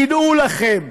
תדעו לכם: